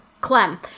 Clem